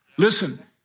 Listen